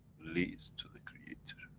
leads to the creator.